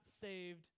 saved